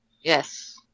Yes